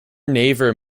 neighbour